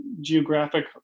geographic